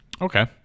Okay